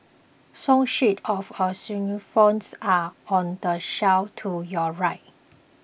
song sheets for xylophones are on the shelf to your right